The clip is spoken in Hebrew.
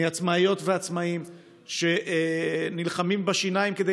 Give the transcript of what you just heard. מעצמאיות ועצמאים שנלחמים בשיניים כדי